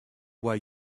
way